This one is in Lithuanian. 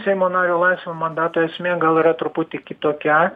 seimo nario laisvo mandato esmė gal yra truputį kitokia